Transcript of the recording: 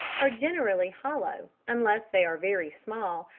are generally hollow, unless they are very small,